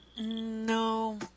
No